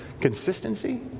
consistency